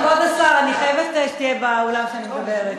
לא, כבוד השר, אני חייבת שתהיה באולם כשאני מדברת.